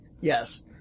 Yes